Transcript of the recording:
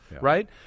right